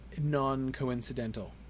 non-coincidental